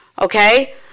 Okay